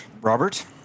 Robert